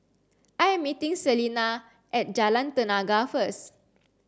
I am meeting Selina at Jalan Tenaga first